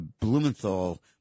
Blumenthal